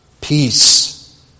Peace